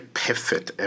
perfect